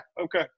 okay